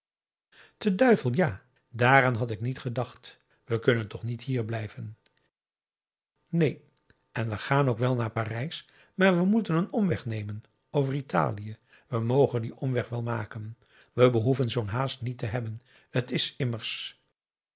te duivel ja daaraan had ik niet gedacht we kunnen toch niet hier blijven neen en we gaan ook wel naar parijs maar we p a daum hoe hij raad van indië werd onder ps maurits moeten een omweg nemen over italië we mogen dien omweg wel maken we behoeven zoo'n haast niet te hebben t is immers